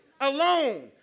alone